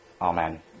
Amen